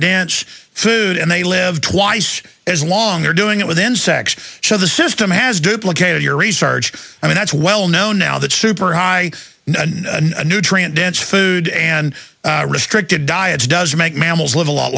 dense food and they live twice as long they're doing it with insects so the system has duplicated your research i mean it's well known now that super high nutrient dense food and restricted diets does make mammals live a lot